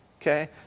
Okay